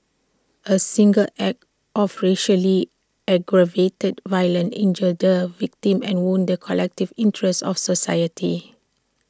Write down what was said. A single act of racially aggravated violence injures the victim and wounds collective interests of society